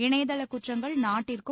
இணையதளக் குற்றங்கள் நாட்டிற்கும்